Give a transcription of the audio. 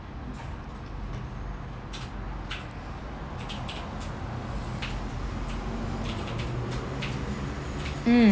mm